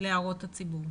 להערות הציבור.